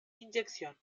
inyección